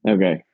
Okay